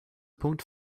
punkt